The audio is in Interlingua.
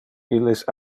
illes